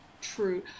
True